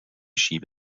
sheep